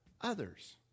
others